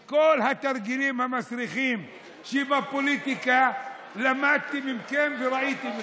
את כל התרגילים המסריחים בפוליטיקה למדתי מכם וראיתי מכם.